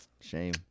Shame